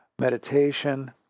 meditation